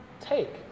take